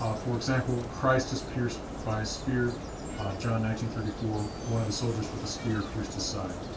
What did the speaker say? ah for example, christ is pierced by a spear john nineteen thirty four, one of the soldiers with a spear pierced his side.